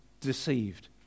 deceived